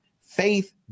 faith